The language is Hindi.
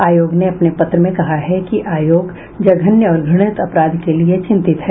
आयोग ने अपने पत्र में कहा है कि आयोग जघन्य और घृणित अपराध के लिये चिंतित है